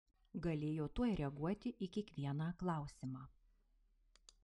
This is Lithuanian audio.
galėjo tuoj reaguoti į kiekvieną klausimą